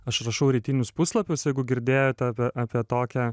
aš rašau rytinius puslapius jeigu girdėjote apie apie tokią